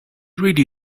really